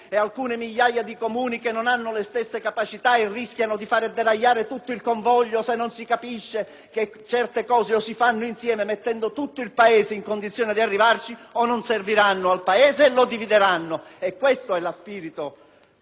se non si capisce che o certe cose si fanno insieme, mettendo tutto il Paese in condizione di arrivarci, o non serviranno all'Italia e la divideranno. Questo è lo spirito con il quale stiamo andando nella direzione che vi dico.